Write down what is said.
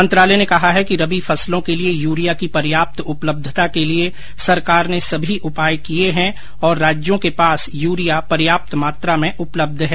मंत्रालय ने कहा है कि रबी फसलों के लिए यूरिया की पर्याप्त उपलब्धता के लिए सरकार ने सभी उपाय किये हैं और राज्यों के पास यूरिया पर्याप्त मात्रा में उपलब्ध है